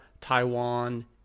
taiwan